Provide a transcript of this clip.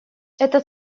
этот